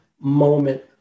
moment